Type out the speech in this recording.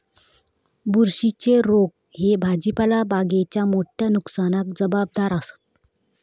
बुरशीच्ये रोग ह्ये भाजीपाला बागेच्या मोठ्या नुकसानाक जबाबदार आसत